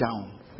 down